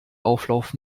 auflauf